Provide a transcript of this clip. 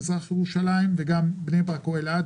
מזרח ירושלים ואלעד.